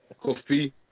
Coffee